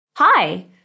Hi